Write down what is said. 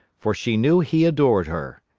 for she knew he adored her.